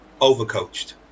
overcoached